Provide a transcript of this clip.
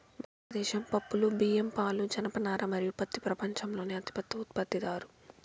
భారతదేశం పప్పులు, బియ్యం, పాలు, జనపనార మరియు పత్తి ప్రపంచంలోనే అతిపెద్ద ఉత్పత్తిదారు